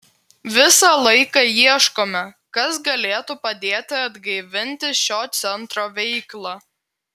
visą laiką ieškome kas galėtų padėti atgaivinti šio centro veiklą